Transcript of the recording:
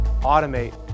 automate